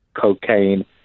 cocaine